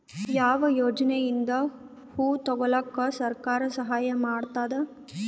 ಯಾವ ಯೋಜನೆಯಿಂದ ಹೊಲ ತೊಗೊಲುಕ ಸರ್ಕಾರ ಸಹಾಯ ಮಾಡತಾದ?